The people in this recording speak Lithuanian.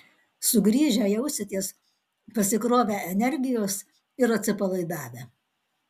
sugrįžę jausitės pasikrovę energijos ir atsipalaidavę